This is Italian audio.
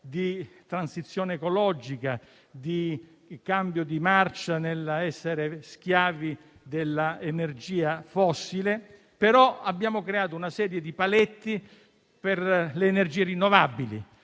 transizione ecologica e del cambio di marcia rispetto all'essere schiavi dell'energia fossile, ma abbiamo creato una serie di paletti per le energie rinnovabili.